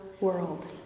world